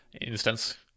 instance